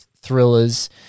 thrillers